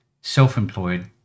self-employed